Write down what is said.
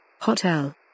Hotel